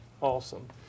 Awesome